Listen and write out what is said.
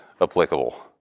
applicable